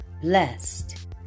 blessed